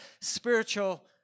spiritual